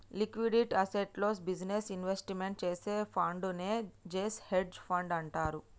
liquid అసెట్స్లో business investment చేసే ఫండునే చేసే హెడ్జ్ ఫండ్ అంటారు